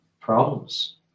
problems